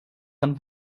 dann